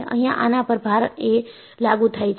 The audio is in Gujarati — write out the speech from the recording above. અહિયાં આના પર ભાર એ લાગુ થાય છે